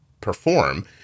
perform